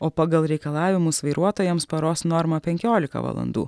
o pagal reikalavimus vairuotojams paros norma penkiolika valandų